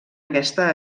aquesta